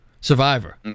survivor